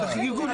תחגגו לבד.